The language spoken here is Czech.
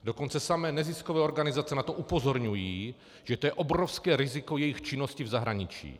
Dokonce samy neziskové organizace na to upozorňují, že to je obrovské riziko jejich činnosti v zahraničí.